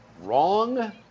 wrong